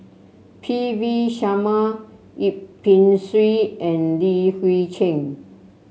P V Sharma Yip Pin Xiu and Li Hui Cheng